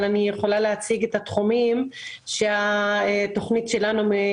אבל אני יכולה להציג אותה את התחומים אליהם מתייחסת התכנית שלנו.